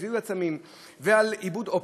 על זיהוי עצמים ועל עיבוד אופטי,